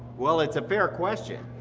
well, it's a fair question.